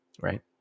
right